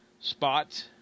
spot